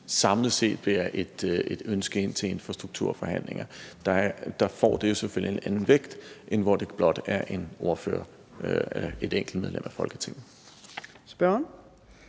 samlet set bærer et ønske ind til infrastrukturforhandlinger, får det jo selvfølgelig en anden vægt, end hvis det blot bæres ind af en ordfører, et enkelt medlem af Folketinget.